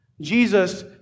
Jesus